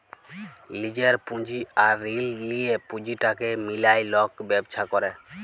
লিজের পুঁজি আর ঋল লিঁয়ে পুঁজিটাকে মিলায় লক ব্যবছা ক্যরে